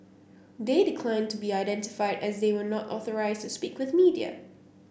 they declined to be identified as they were not authorised to speak with media